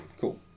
Cool